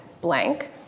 blank